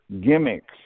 gimmicks